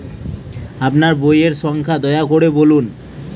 আপনার বইয়ের সংখ্যা দয়া করে বলুন?